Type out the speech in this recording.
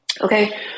Okay